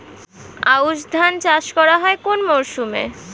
আউশ ধান চাষ করা হয় কোন মরশুমে?